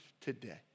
today